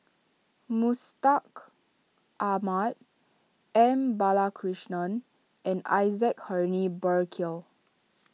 Mustaq Ahmad M Balakrishnan and Isaac Henry Burkill